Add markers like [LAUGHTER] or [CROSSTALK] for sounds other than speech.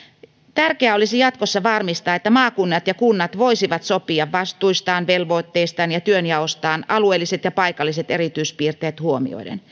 tärkeää olisi jatkossa varmistaa että maakunnat ja kunnat voisivat sopia vastuistaan velvoitteistaan ja työnjaostaan alueelliset ja paikalliset erityispiirteet huomioiden [UNINTELLIGIBLE]